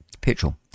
petrol